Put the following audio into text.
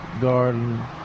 garden